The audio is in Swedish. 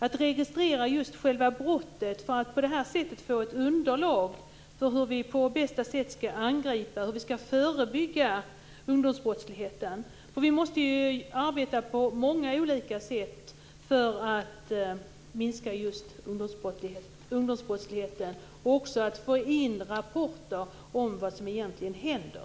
Det är fråga om att registrera själva brottet för att på det sättet få ett underlag för hur vi på bästa sätt skall angripa och förebygga ungdomsbrottsligheten. Vi måste arbeta på många olika sätt för att minska ungdomsbrottsligheten. Det handlar om att få in rapporter om vad som verkligen händer.